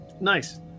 Nice